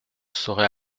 saurai